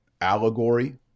allegory